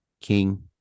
King